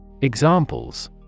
Examples